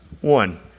one